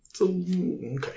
Okay